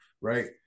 right